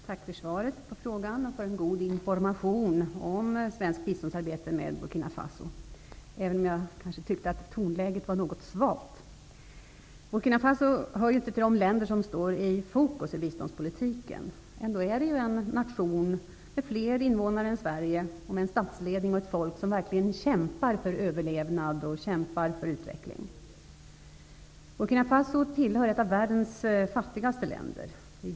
Herr talman! Tack för svaret på frågan och för en god information om svenskt biståndsarbete i Burkina Faso. Jag tyckte dock att tonläget var något svalt. Burkina Faso hör ju inte till de länder som står i fokus i biståndspolitiken. Det är ändå en nation med fler invånare än Sverige och med en statsledning och ett folk som verkligen kämpar för överlevnad och utveckling. Burkina Faso är ett av världens fattigaste länder.